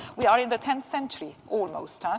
we are in the tenth century almost, ah